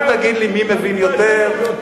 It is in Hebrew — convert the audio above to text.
יותר טוב תשתוק.